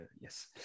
yes